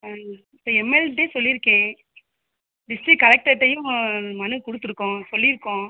இப்போ எம்எல்ஏட்டையே சொல்லியிருக்கேன் டிஸ்ட்ரிக்ட் கலெக்டர்கிட்டையும் மனு கொடுத்துருக்கோம் சொல்லியிருக்கோம்